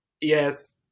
Yes